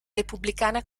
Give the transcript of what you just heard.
repubblicana